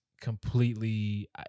completely